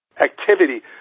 activity